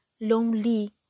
lonely